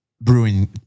brewing